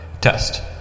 Test